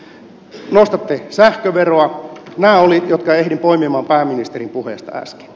nämä oli ne jotka ehdin poimimaan pääministerin puheesta äsken